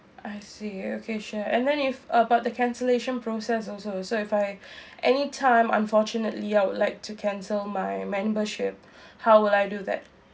I see okay sure and then if about the cancellation process also so if I any time unfortunately I would like to cancel my membership how would I do that